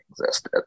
existed